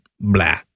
blah